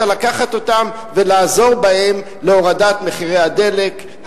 לקחת אותם ולעזור בהם להורדת מחירי הדלק,